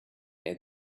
add